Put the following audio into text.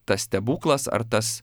tas stebuklas ar tas